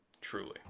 Truly